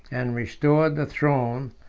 and restored the throne,